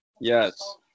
Yes